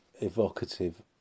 evocative